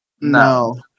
No